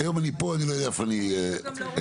היו אני פה לא יודע איפה אני אהיה מחר,